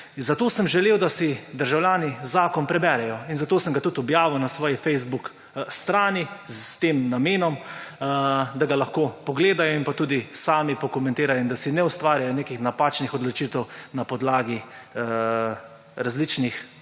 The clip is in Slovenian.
Zato sem želel, da si državljani zakon preberejo in zato sem ga tudi objavil na svoji Facebook strani s tem namenom, da ga lahko pogledajo in pa tudi sami pokomentirajo in da si ne ustvarjajo nekih napačnih odločitev na podlagi različnih